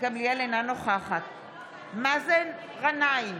אינה נוכח מאזן גנאים,